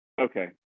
Okay